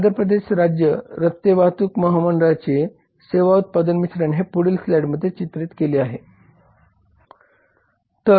आंध्र प्रदेश राज्य रस्ते वाहतूक महामंडळाचे सेवा उत्पादन मिश्रण हे पुढील स्लाइडमध्ये चित्रित केले आहे